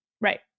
Right